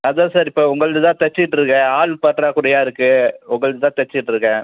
அதான் சார் இப்போ உங்களுது தான் தைச்சிட்டு இருக்கேன் ஆளு பற்றாக்குறையாக இருக்குது உங்களுது தான் தைச்சிட்டு இருக்கேன்